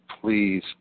please